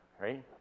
right